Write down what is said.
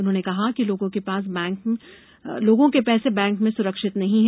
उन्होंने कहा कि लोगों के पैसे बैंक में सुरक्षित नहीं है